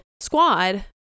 squad